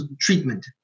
treatment